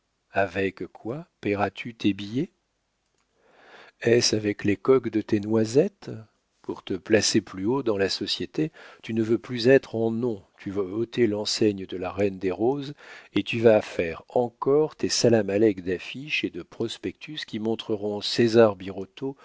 avec quoi paieras tu tes billets est-ce avec les coques de tes noisettes pour te placer plus haut dans la société tu ne veux plus être en nom tu veux ôter l'enseigne de la reine des roses et tu vas faire encore tes salamalecs d'affiches et de prospectus qui montreront césar